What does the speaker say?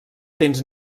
tens